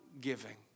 giving